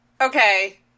okay